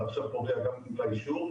ועכשיו פוריה גם קיבלה אישור,